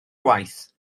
gwaith